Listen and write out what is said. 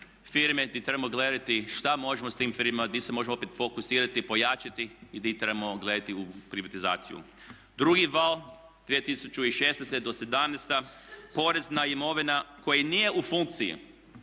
firmi gdje trebamo gledati što možemo s tim, gdje se možemo opet fokusirati, pojačati i gdje trebamo gledati u privatizaciju. Drugi val 2016-2017, porezna imovina koja nije u funkciji,